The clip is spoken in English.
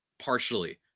partially